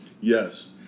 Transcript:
yes